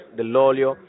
dell'olio